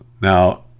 Now